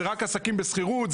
זה רק עסקים בשכירות,